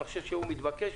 אני חושב שהוא מתבקש.